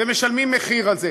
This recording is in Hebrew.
ומשלמים מחיר על זה.